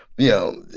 you know,